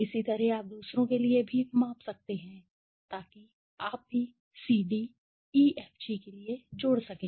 इसी तरह आप दूसरों के लिए भी माप सकते हैं ताकि आप भी सीडी ईएफजी के लिए जोड़ सकें